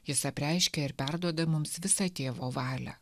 jis apreiškė ir perduoda mums visą tėvo valią